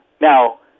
Now